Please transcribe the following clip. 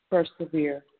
persevere